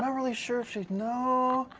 um really sure if she'd know.